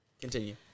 continue